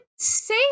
say